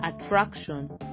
Attraction